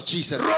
Jesus